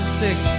sick